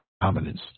dominance